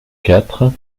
quatre